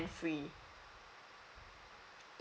free ya